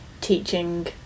teaching